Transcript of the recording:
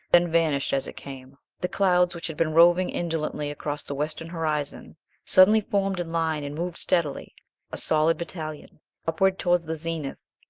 then vanished as it came. the clouds which had been roving indolently across the western horizon suddenly formed in line and moved steadily a solid battalion upward towards the zenith,